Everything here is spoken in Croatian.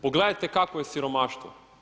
Pogledajte kakvo je siromaštvo?